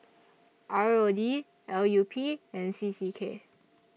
R O D L U P and C C K